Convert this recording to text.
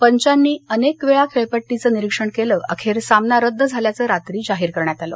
पंचांनी अनेक वेळा खेळपट्टीचं निरिक्षण केलं अखेर सामना रद्द झाल्याचं रात्री घोषित करण्यात आलं